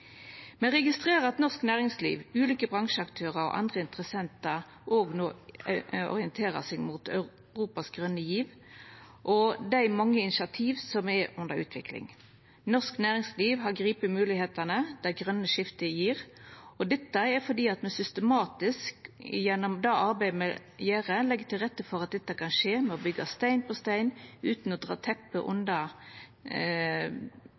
Me registrerer at norsk næringsliv, ulike bransjeaktørar og andre interessentar no òg orienterer seg mot Europas grøne giv og dei mange initiativa som er under utvikling. Norsk næringsliv har gripe moglegheitene det grøne skiftet gjev. Det skjer fordi me gjennom systematisk arbeid legg til rette for dette ved å byggja stein på stein utan å dra teppet